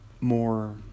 more